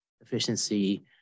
efficiency